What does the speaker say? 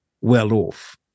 well-off